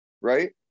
right